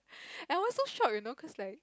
I was so shocked you know cause like